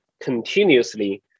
continuously